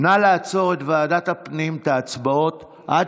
נא לעצור את ההצבעות בוועדת הפנים עד